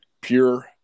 Pure